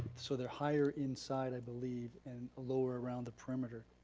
so they're higher, inside, i believe and lower around the perimeter.